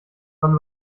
wann